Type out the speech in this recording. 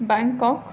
Bangkok